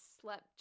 slept